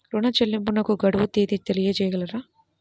ఋణ చెల్లింపుకు గడువు తేదీ తెలియచేయగలరా?